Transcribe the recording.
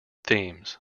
themes